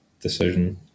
decision